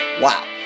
Wow